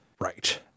Right